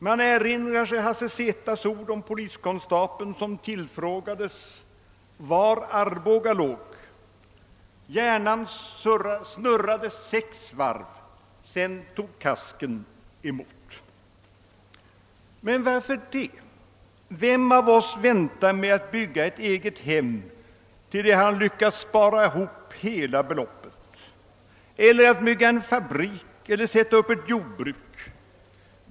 Man erinrar sig Hasse Z:s ord om poliskonstapeln som tillfrågades var Arboga låg: »Konstapeln stirrade, inte en min rörde sig i hans ansikte, hjärnan snurrade ett halvt varv, längre gick det inte ty kasken tog emot.» Men varför det? Vem av oss väntar med att bygga ett egethem till dess att han lyckats spara ihop hela beloppet eller att bygga en fabrik eller sätta upp ett jordbruk?